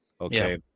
Okay